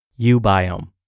Ubiome